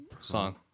song